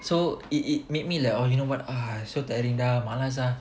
so it it made me like oh you know what ah so tiring ah malas ah